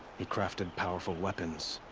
he crafted powerful weapons.